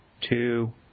two